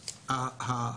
ועוד.